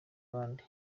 abandi